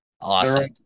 Awesome